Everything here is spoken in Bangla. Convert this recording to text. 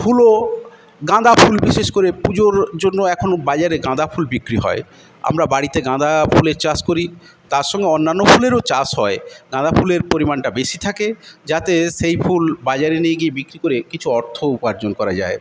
ফুলও গাঁদা ফুল বিশেষ করে পুজোর জন্য এখন বাজারে গাঁদা ফুল বিক্রি হয় আমরা বাড়িতে গাঁদা ফুলের চাষ করি তার সঙ্গে অন্যান্য ফুলেরও চাষ হয় গাঁদা ফুলের পরিমাণটা বেশি থাকে যাতে সেই ফুল বাজারে নিয়ে গিয়ে বিক্রি করে কিছু অর্থ উপার্জন করা যায়